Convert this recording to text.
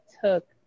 took